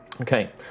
Okay